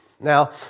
Now